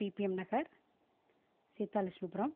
BBM Nagar சீத்தாலெக்ஷ்மி Puram